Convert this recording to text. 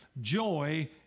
joy